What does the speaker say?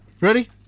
Ready